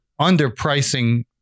underpricing